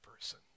person